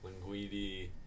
Linguini